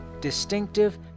distinctive